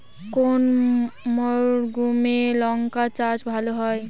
কোন মরশুমে লঙ্কা চাষ ভালো হয়?